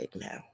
now